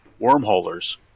wormholers